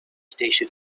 station